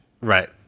Right